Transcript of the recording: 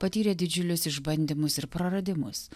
patyrė didžiulius išbandymus ir praradimus